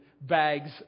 bags